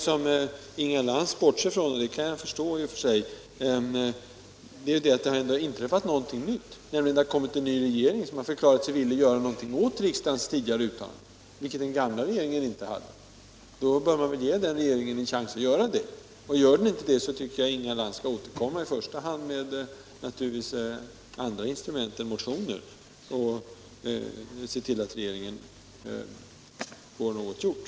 Vad Inga Lantz bortser från — och det kan jag i och för sig förstå — är att det har inträffat något nytt, nämligen att vi har fått en ny regering som har förklarat sig villig att göra något med anledning av riksdagens tidigare uttalande, vilket den gamla regeringen inte var. Och då bör man väl ge den nya regeringen en chans att göra det. Blir det sedan inget resultat, så tycker jag att Inga Lantz skall återkomma i frågan, och då i första hand med andra instrument än motioner, och se till att regeringen får något uträttat.